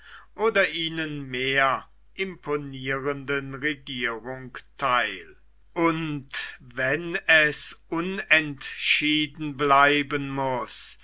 oder ihnen mehr imponierenden regierung teil und wenn es unentschieden bleiben muß